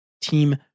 team